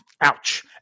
Ouch